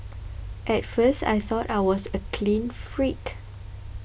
at first I thought I was a clean freak